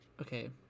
Okay